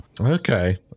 Okay